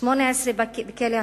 18 בכלא השרון,